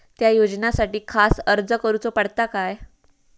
त्या योजनासाठी खास अर्ज करूचो पडता काय?